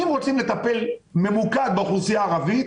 אם רוצים לטפל ממוקד באוכלוסייה הערבית,